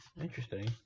interesting